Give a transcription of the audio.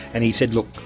and he said, look,